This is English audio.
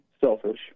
Selfish